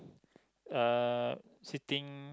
uh sitting